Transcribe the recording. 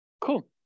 Cool